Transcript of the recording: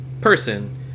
person